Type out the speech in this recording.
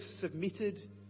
submitted